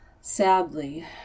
Sadly